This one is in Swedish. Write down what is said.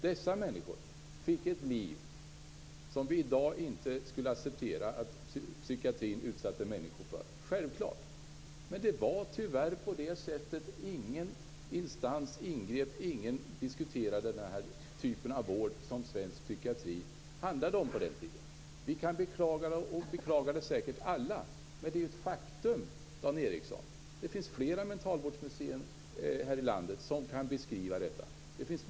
Dessa människor fick ett liv som vi i dag självfallet inte skulle acceptera att psykiatrin utsatte människor för. Tyvärr var det på det sättet då. Ingen instans ingrep och ingen diskuterade den typ av vård som svensk psykiatri på den tiden handlade om. Vi kan beklaga detta, och det gör vi säkert alla, men detta är ett faktum, Dan Ericsson! Det finns fler mentalvårdsmuseer i vårt land som kan beskriva detta.